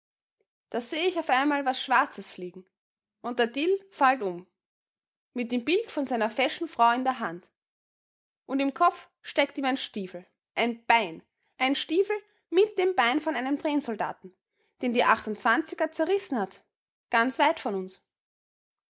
da seh ich auf einmal was schwarzes fliegen und der dill fallt um mit dem bild von seiner feschen frau in der hand und im kopf steckt ihm ein stiefel ein bein ein stiefel mit dem bein von einem trainsoldaten den die achtundzwanziger zerrissen hat ganz weit von uns